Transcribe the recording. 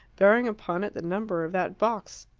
bearing upon it the number of that box.